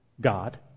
God